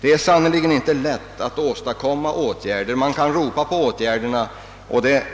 Det är sannerligen inte lätt att vidta sådana. Det